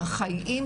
ארכאיים,